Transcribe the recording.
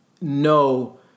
no